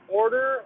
order